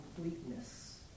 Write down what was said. completeness